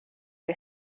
que